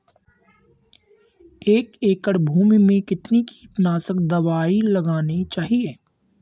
एक एकड़ भूमि में कितनी कीटनाशक दबाई लगानी चाहिए?